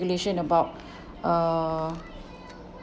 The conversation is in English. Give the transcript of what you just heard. regulation about uh